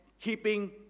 keeping